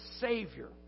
Savior